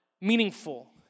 meaningful